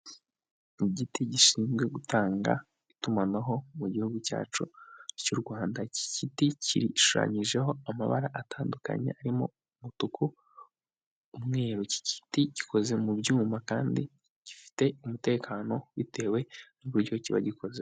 Igiti gishinzwe gutanga itumanaho mu gihugu cyacu cy'u Rwanda. Iki giti kishushanyijeho amabara atandukanye arimo umutuku, umweru. Iki giti gikoze mu byuma kandi gifite umutekano bitewe n'uburyo kiba gikoze.